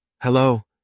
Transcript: Hello